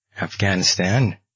Afghanistan